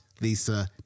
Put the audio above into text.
Lisa